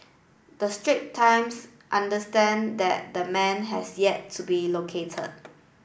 the Strait Times understand that the man has yet to be located